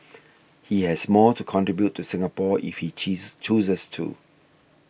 he has more to contribute to Singapore if he cheese chooses to